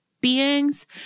beings